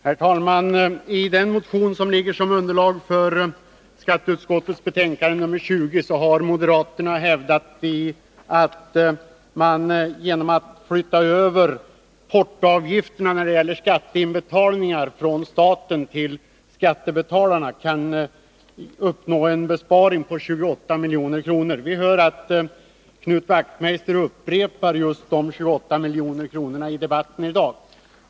Herr talman! I den motion som behandlas i skatteutskottets betänkande nr 20 har moderaterna hävdat att man genom att från staten till skattebetalarna flytta över portoavgifterna vid skatteinbetalningar kan uppnå en besparing på 28 milj.kr. Knut Wachtmeister upprepade nyss i debatten uppgiften om de 28 miljonerna.